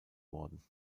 worden